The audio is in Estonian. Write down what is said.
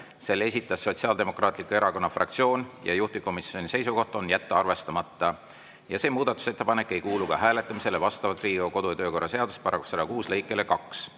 Selle esitas Sotsiaaldemokraatliku Erakonna fraktsioon ja juhtivkomisjoni seisukoht on jätta arvestamata. See muudatusettepanek ei kuulu ka hääletamisele vastavalt Riigikogu kodu- ja töökorra seaduse § 106 lõikele 2.